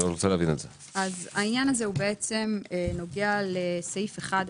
העניין הזה נוגע לסעיף 1(1),